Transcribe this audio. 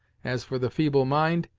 as for the feeble mind,